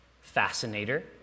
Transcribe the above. Fascinator